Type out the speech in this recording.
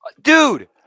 Dude